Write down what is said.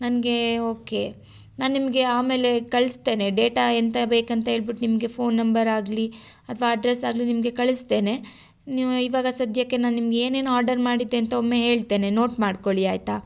ನನಗೆ ಓಕೆ ನಾನು ನಿಮಗೆ ಆಮೇಲೆ ಕಳಿಸ್ತೇನೆ ಡೇಟಾ ಎಂಥ ಬೇಕಂತ ಹೇಳ್ಬಿಟ್ ನಿಮಗೆ ಫೋನ್ ನಂಬರ್ ಆಗಲಿ ಅಥವಾ ಅಡ್ರೆಸ್ಸ್ ಆಗಲಿ ನಿಮಗೆ ಕಳಿಸ್ತೇನೆ ನೀವು ಇವಾಗ ಸದ್ಯಕ್ಕೆ ನಾನು ನಿಮಗೆ ಏನೇನು ಆರ್ಡರ್ ಮಾಡಿದ್ದೆ ಅಂತ ಒಮ್ಮೆ ಹೇಳ್ತೆನೆ ನೋಟ್ ಮಾಡಿಕೊಳ್ಳಿ ಆಯಿತಾ